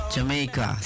Jamaica